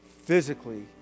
physically